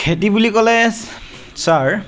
খেতি বুলি ক'লে ছাৰ